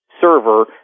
server